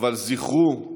אבל זכרו,